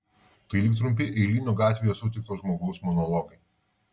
tai lyg trumpi eilinio gatvėje sutikto žmogaus monologai